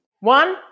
One